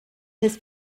his